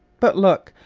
but look!